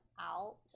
out